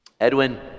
Edwin